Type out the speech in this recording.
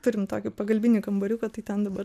turim tokį pagalbinį kambariuką tai ten dabar